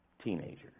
teenager